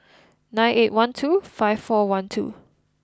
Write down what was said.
nine eight one two five four one two